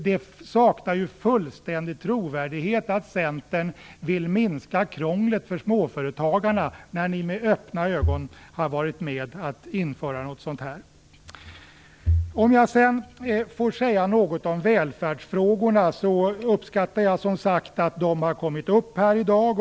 Det saknar fullständigt trovärdighet att Centern vill minska krånglet för småföretagarna efter att med öppna ögon ha varit med om att införa något sådant här. Om jag sedan får säga något om välfärdsfrågorna uppskattar jag som sagt att de har kommit upp här i dag.